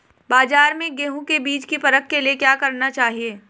बाज़ार में गेहूँ के बीज की परख के लिए क्या करना चाहिए?